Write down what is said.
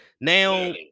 Now